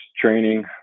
training